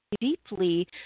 deeply